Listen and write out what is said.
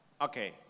Okay